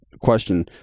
question